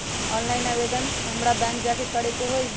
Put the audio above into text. Online आवेदन हमरा bank जाके करे के होई?